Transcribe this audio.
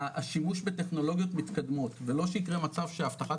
השימוש בטכנולוגיות מתקדמות ולא שייקרה מצב שאבטחת